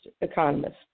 economist